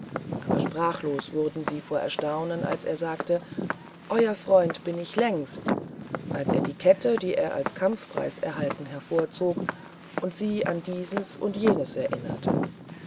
aber sprachlos wurden sie vor erstaunen als er sagte euer freund bin ich längst als er die kette die er als kampfpreis erhalten hervorzog und sie an dieses und jenes erinnerte